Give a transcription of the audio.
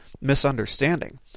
misunderstanding